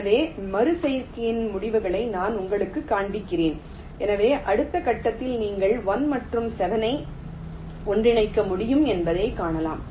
எனவே மறு செய்கையின் முடிவுகளை நான் உங்களுக்குக் காண்பிக்கிறேன் எனவே அடுத்த கட்டத்தில் நீங்கள் 1 மற்றும் 7 ஐ ஒன்றிணைக்க முடியும் என்பதைக் காணலாம்